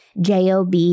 JOB